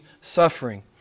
suffering